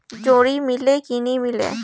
जोणी मीले कि नी मिले?